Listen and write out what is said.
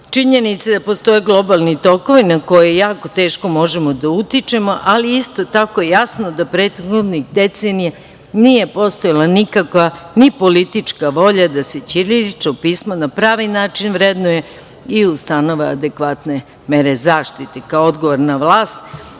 pisma. Činjenica je da postoje globalni tokovi na koje jako teško možemo da utičemo, ali isto tako je jasno da prethodnih decenija nije postojala nikakva ni politička volja da se ćirilično pismo na pravi način vrednuje i ustanove adekvatne mere zaštite. Kao odgovorna vlast,